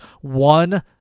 One